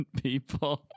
people